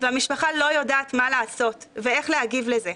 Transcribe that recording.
והמשפחה לא יודעת מה לעשות ואיך להגיב לזה,